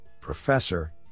Professor